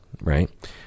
right